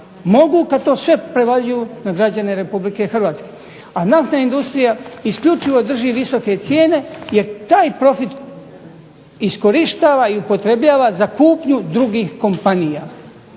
mogu kad to sve prevaljuju na građane Republike Hrvatske. A naftna industrija isključivo drži visoke cijene jer taj profit iskorištava i upotrebljava za kupnju drugih kompanija.